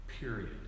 period